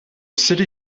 city